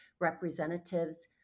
representatives